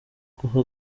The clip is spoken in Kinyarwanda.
guha